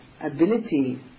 ability